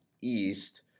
east